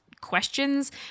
questions